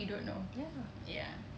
ya